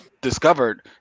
discovered